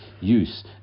use